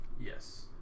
Yes